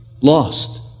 lost